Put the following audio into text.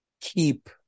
keep